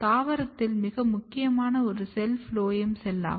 தாவரத்தில் மிக முக்கியமான ஒரு செல் ஃபுளோயம் செல் ஆகும்